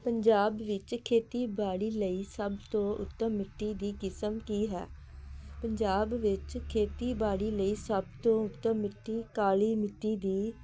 ਪੰਜਾਬ ਵਿੱਚ ਖੇਤੀਬਾੜੀ ਲਈ ਸਭ ਤੋਂ ਉੱਤਮ ਮਿੱਟੀ ਦੀ ਕਿਸਮ ਕੀ ਹੈ ਪੰਜਾਬ ਵਿੱਚ ਖੇਤੀਬਾੜੀ ਲਈ ਸਭ ਤੋਂ ਉੱਤਮ ਮਿੱਟੀ ਕਾਲੀ ਮਿੱਟੀ ਦੀ